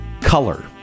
Color